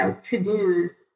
to-dos